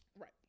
right